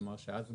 רציתי